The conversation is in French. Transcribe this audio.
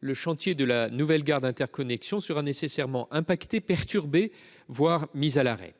le chantier de la nouvelle gare d’interconnexion sera nécessairement affecté, perturbé, voire mis à l’arrêt.